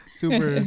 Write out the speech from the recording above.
super